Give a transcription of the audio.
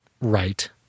right